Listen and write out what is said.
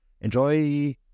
enjoy